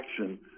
action